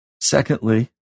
Secondly